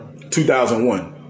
2001